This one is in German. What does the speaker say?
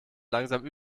langsam